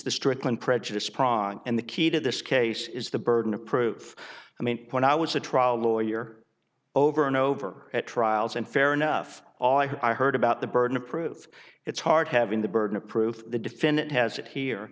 strickland prejudice pran and the key to this case is the burden of proof i mean when i was a trial lawyer over and over at trials and fair enough i heard about the burden of proof it's hard having the burden of proof the defendant has it here